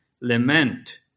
Lament